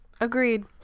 Agreed